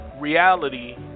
reality